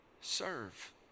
serve